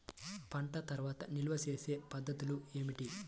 పంట తర్వాత నిల్వ చేసే పద్ధతులు ఏమిటి?